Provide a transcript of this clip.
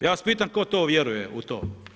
Ja vas pitam tko to vjeruje u to?